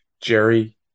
Jerry